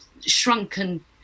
shrunken